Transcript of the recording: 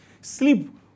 sleep